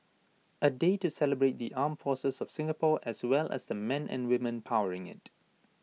A day to celebrate the armed forces of Singapore as well as the men and women powering IT